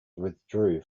withdrew